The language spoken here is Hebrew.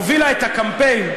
הובילה את הקמפיין,